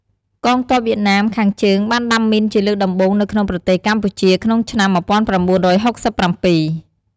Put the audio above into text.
កងទ័ពវៀតណាមខាងជើងបានដាំមីនជាលើកដំបូងនៅក្នុងប្រទេសកម្ពុជាក្នុង ឆ្នាំ ១៩៦៧។